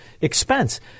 expense